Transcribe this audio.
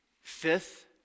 Fifth